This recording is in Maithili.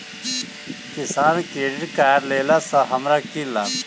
किसान क्रेडिट कार्ड लेला सऽ हमरा की लाभ?